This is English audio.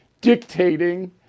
dictating